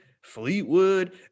Fleetwood